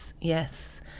Yes